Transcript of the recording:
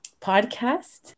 podcast